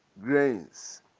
grains